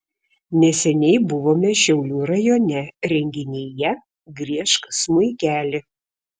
neseniai buvome šiaulių rajone renginyje griežk smuikeli